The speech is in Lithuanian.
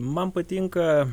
man patinka